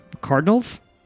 Cardinals